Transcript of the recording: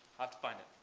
have to find it.